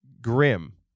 grim